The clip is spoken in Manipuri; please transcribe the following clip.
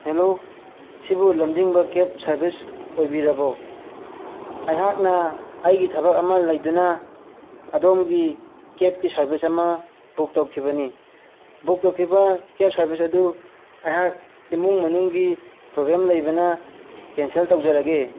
ꯍꯦꯂꯣ ꯁꯤꯕꯨ ꯂꯝꯖꯤꯡꯕ ꯀꯦꯕ ꯁꯥꯔꯕꯤꯁ ꯑꯣꯏꯕꯤꯔꯕꯣ ꯑꯩꯍꯥꯛꯅ ꯑꯩꯒꯤ ꯊꯕꯛ ꯑꯃ ꯂꯩꯗꯨꯅ ꯑꯗꯣꯝꯒꯤ ꯀꯦꯕꯀꯤ ꯁꯥꯔꯕꯤꯁ ꯑꯃ ꯕꯨꯛ ꯇꯧꯈꯤꯕꯅꯤ ꯕꯨꯛ ꯇꯧꯈꯤꯕ ꯀꯦꯕ ꯁꯥꯔꯕꯤꯁ ꯑꯗꯨ ꯑꯩꯍꯥꯛ ꯏꯃꯨꯡ ꯃꯅꯨꯡꯒꯤ ꯄ꯭ꯔꯣꯕ꯭ꯂꯦꯝ ꯂꯩꯕꯅ ꯀꯦꯟꯁꯦꯜ ꯇꯧꯖꯔꯒꯦ